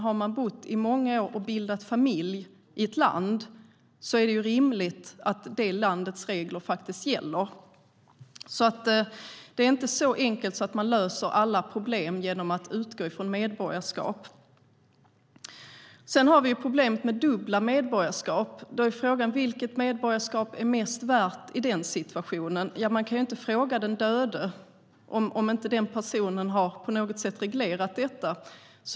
Har man bott många år och bildat familj i ett land är det rimligt att det landets regler gäller. Det är inte så enkelt som att man löser alla problem genom att utgå från medborgarskap. Sedan har vi problemet med dubbla medborgarskap. Då är frågan vilket medborgarskap som är mest värt i den situationen. Man kan ju inte fråga den döde, om inte den personen på något sätt har reglerat detta.